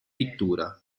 pittura